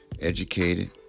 Educated